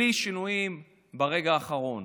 בלי שינויים ברגע האחרון,